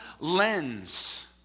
lens